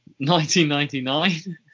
1999